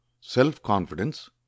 Self-confidence